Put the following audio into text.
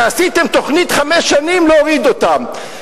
ועשיתם תוכנית בתוך חמש שנים להוריד אותן.